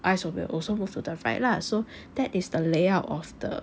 eyes will also move to the right lah so that is the layout of the